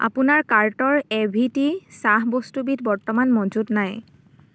আপোনাৰ কাৰ্টৰ A V T চাহ বস্তুবিধ বৰ্তমান মজুত নাই